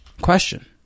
Question